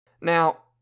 Now